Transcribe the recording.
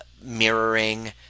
mirroring